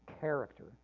character